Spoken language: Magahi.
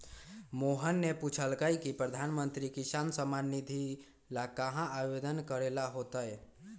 मोहन ने पूछल कई की प्रधानमंत्री किसान सम्मान निधि ला कहाँ आवेदन करे ला होतय?